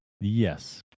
Yes